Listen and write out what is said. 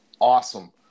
awesome